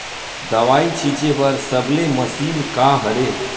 दवाई छिंचे बर सबले मशीन का हरे?